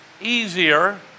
easier